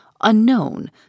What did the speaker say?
unknown